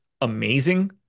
amazing